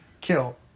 kill